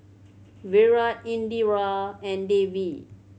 Virat Indira and Devi